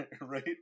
right